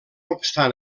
obstant